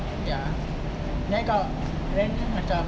ya then kau rent dia macam